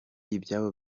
ibyabo